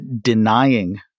denying